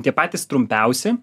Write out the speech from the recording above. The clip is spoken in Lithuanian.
tie patys trumpiausi